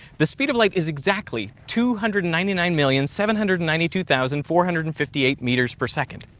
the speed of light is exactly two hundred and ninety nine million seven hundred and ninety two thousand four hundred and fifty eight meters per second.